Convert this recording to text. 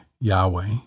Yahweh